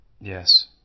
Yes